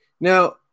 Now